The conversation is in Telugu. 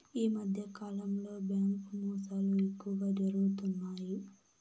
ఈ మధ్యకాలంలో బ్యాంకు మోసాలు ఎక్కువగా జరుగుతున్నాయి